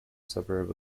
suburb